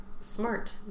smart